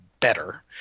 better